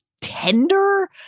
tender